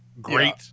great